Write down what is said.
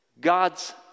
God's